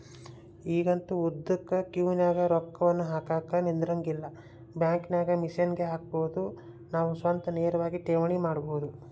ಈಗಂತೂ ಉದ್ದುಕ ಕ್ಯೂನಗ ರೊಕ್ಕವನ್ನು ಹಾಕಕ ನಿಂದ್ರಂಗಿಲ್ಲ, ಬ್ಯಾಂಕಿನಾಗ ಮಿಷನ್ಗೆ ಹಾಕಬೊದು ನಾವು ಸ್ವತಃ ನೇರವಾಗಿ ಠೇವಣಿ ಮಾಡಬೊದು